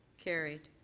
carried.